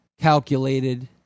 Calculated